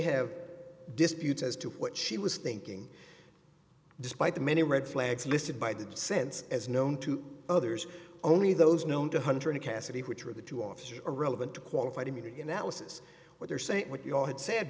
have disputes as to what she was thinking despite the many red flags listed by the sense as known to others only those known to hunter and cassidy which are the two officers are relevant to qualified immunity analysis what they're saying what you all had said